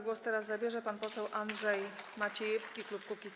Głos teraz zabierze pan poseł Andrzej Maciejewski, klub Kukiz’15.